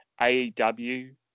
AEW